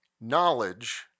knowledge